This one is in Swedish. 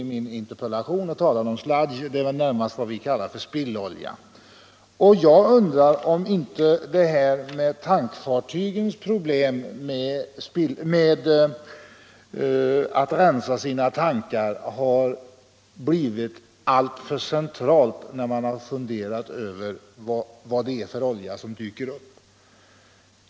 I min interpellation talade jag om sludge — det är närmast vad vi Om åtgärder för att kallar för spillolja — och jag undrar om inte tankfartygens problem med = förhindra oljeutatt rensa sina tankar har blivit alltför centralt när man har funderat över — Släpp i Östersjön, vad det är för olja som dyker upp.